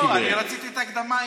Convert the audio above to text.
לא, אני רציתי את ההקדמה ההיא.